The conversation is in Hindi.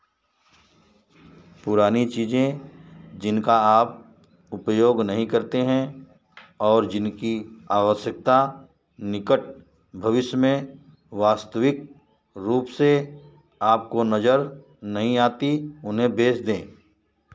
पुरानी चीज़ें जिनका आप उपयोग नहीं करते हैं और जिनकी आवश्यकता निकट भविष्य में वास्तविक रूप से आपको नज़र नहीं आती उन्हें बेच दें